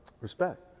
Respect